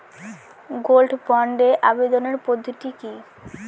Gold বন্ডে আবেদনের পদ্ধতিটি কি?